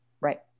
Right